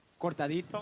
cortadito